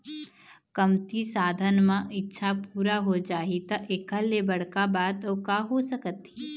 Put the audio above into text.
कमती साधन म इच्छा पूरा हो जाही त एखर ले बड़का बात अउ का हो सकत हे